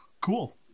Cool